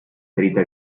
ferita